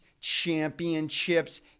championships